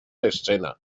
l’escena